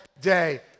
day